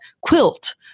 quilt